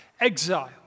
exile